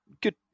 Good